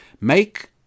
Make